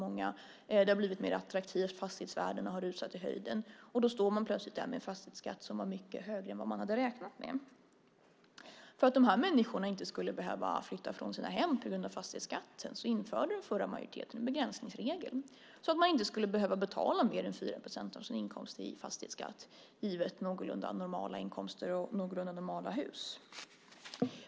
Området har blivit mer attraktivt, och fastighetsvärdena har rusat i höjden. Då står man plötsligt där med en fastighetsskatt som var mycket högre än vad man hade räknat med. För att de här människorna inte skulle behöva flytta från sina hem på grund av fastighetsskatten införde den förra majoriteten en begränsningsregel, så att man inte skulle behöva betala mer än 4 procent av sina inkomster i fastighetsskatt givet någorlunda normala inkomster och någorlunda normala hus.